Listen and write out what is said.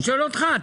אני שואל אותך.